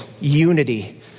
unity